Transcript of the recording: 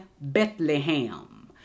Bethlehem